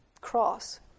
cross